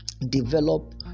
develop